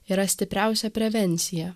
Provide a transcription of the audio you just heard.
yra stipriausia prevencija